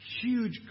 huge